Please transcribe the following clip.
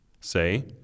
Say